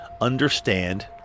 understand